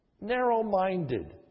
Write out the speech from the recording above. narrow-minded